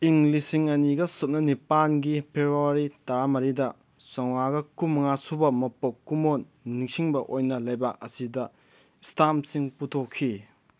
ꯏꯪ ꯂꯤꯁꯤꯡ ꯑꯅꯤꯒ ꯁꯨꯞꯅ ꯅꯤꯄꯥꯟꯒꯤ ꯐꯦꯕꯋꯥꯔꯤ ꯇꯔꯥꯃꯔꯤꯗ ꯆꯥꯝꯃꯉꯥꯒ ꯀꯨꯟꯃꯉꯥ ꯁꯨꯕ ꯃꯄꯣꯛ ꯀꯨꯝꯑꯣꯟ ꯅꯤꯡꯁꯤꯡꯕ ꯑꯣꯏꯅ ꯂꯩꯕꯥꯛ ꯑꯁꯤꯗ ꯏꯁꯇꯥꯝꯁꯤꯡ ꯄꯨꯊꯣꯛꯈꯤ